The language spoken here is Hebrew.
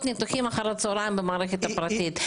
ניתוחים אחר הצוהריים במערכת הפרטית,